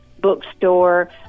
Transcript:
bookstore